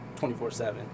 24-7